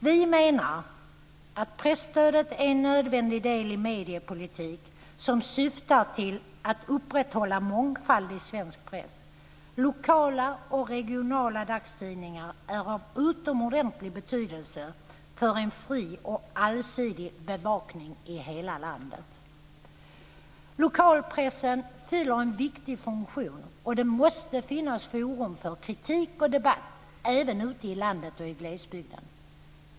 Vi menar att presstödet är en nödvändig del i en mediepolitik som syftar till att upprätthålla mångfald i svensk press. Lokala och regionala dagstidningar är av utomordentlig betydelse för en fri och allsidig bevakning i hela landet. Lokalpressen fyller en viktig funktion. Det måste finnas forum för kritik och debatt även ute i landet och i glesbygden.